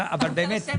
(הישיבה